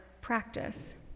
practice